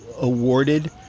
awarded